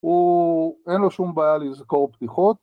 ‫או אין לו שום בעיה לזכור בדיחות.